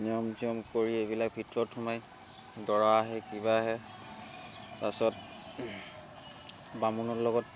নিয়ম চিয়ম কৰি এইবিলাক ভিতৰত সোমাই দৰা আহে কিবা আহে তাৰপাছত বামুণৰ লগত